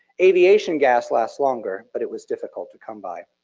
aviation gas lasts longer, but it was difficult to come by.